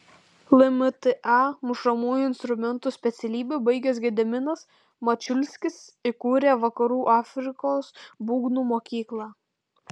lmta mušamųjų instrumentų specialybę baigęs gediminas mačiulskis įkūrė vakarų afrikos būgnų mokyklą